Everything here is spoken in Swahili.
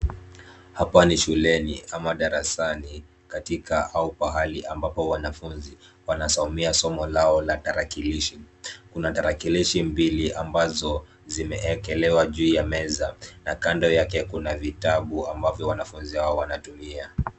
Hapa ni shuleni ama darasani katika au pahali ambapo wanafunzi wanasomea somo lao la tarakilishi. Kuna tarakilishi mbili ambazo zimewekelewa juu ya meza na kando yake kuna vitabu ambavyo wanafunzi hao wanatumia.